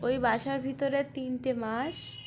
ওই বাসার ভিতরে তিনটে মাস